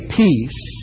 peace